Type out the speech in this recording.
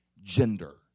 gender